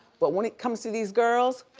but when it comes to these girls,